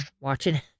watching